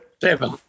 Seven